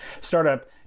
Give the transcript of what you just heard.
startup